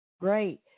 Great